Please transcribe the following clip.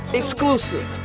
exclusive